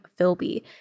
Philby